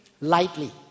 lightly